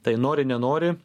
tai nori nenori